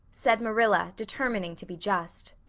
said marilla, determining to be just.